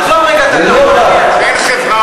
עזוב רגע את הדף, את הנייר,